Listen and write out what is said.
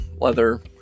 leather